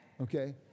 Okay